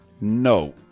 no